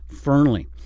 Fernley